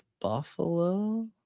Buffalo